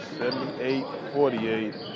78-48